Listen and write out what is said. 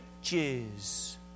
riches